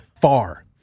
far